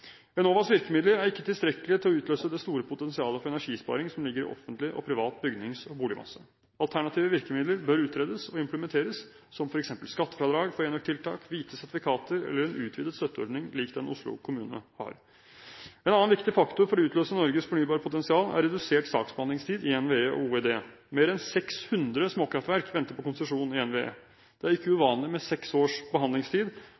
Enovas virkemidler er ikke tilstrekkelige til å utløse det store potensialet for energisparing som ligger i offentlig og privat bygnings- og boligmasse. Alternative virkemidler bør utredes og implementeres, som f.eks. skattefradrag for enøktiltak, hvite sertifikater eller en utvidet støtteordning, lik den Oslo kommune har. En annen viktig faktor for å utløse Norges fornybarpotensial er redusert saksbehandlingstid i NVE og Olje- og energidepartementet. Mer enn 600 småkraftverk venter på konsesjon i NVE. Det er ikke uvanlig med seks års behandlingstid,